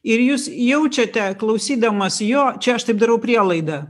ir jūs jaučiate klausydamas jo čia aš taip darau prielaidą